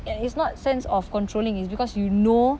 and is not sense of controlling it's because you know